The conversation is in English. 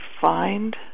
find